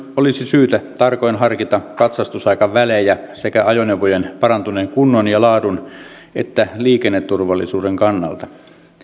olisi syytä tarkoin harkita katsastusaikavälejä sekä ajoneuvojen parantuneen kunnon ja laadun että liikenneturvallisuuden kannalta